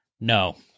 No